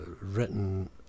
written